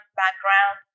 background